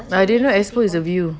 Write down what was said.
but I didn't know EXPO is a view